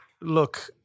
look